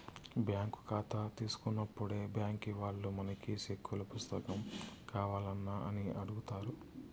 bank కాతా తీసుకున్నప్పుడే బ్యాంకీ వాల్లు మనకి సెక్కుల పుస్తకం కావాల్నా అని అడుగుతారు